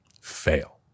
fail